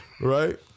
Right